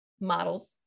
models